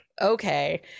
okay